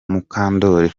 mukandori